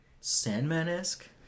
Sandman-esque